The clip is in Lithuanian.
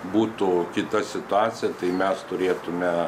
būtų kita situacija tai mes turėtume